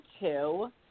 two